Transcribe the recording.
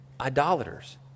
idolaters